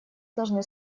должны